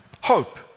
hope